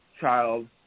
child